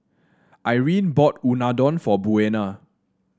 Irine bought Unadon for Buena